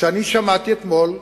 כשאני שמעתי אתמול,